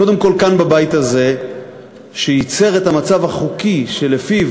קודם כול כאן בבית הזה שייצר את המצב החוקי שלפיו